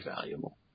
valuable